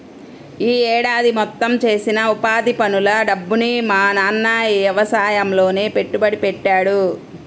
యీ ఏడాది మొత్తం చేసిన ఉపాధి పనుల డబ్బుని మా నాన్న యవసాయంలోనే పెట్టుబడి పెట్టాడు